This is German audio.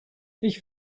ich